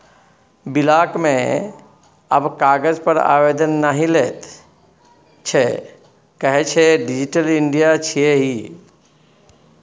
block मे आब कागज पर आवेदन नहि लैत छै कहय छै डिजिटल इंडिया छियै ई